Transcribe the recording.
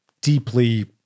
deeply